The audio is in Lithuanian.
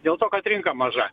dėl to kad rinka maža